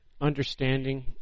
understanding